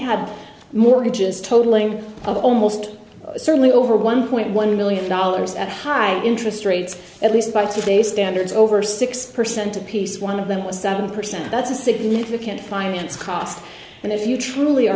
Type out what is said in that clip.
had mortgages totaling over almost certainly over one point one million dollars at high interest rates at least by today's standards over six percent apiece one of them was seven percent that's a significant finance cost and if you truly are